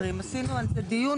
עשינו על זה דיון,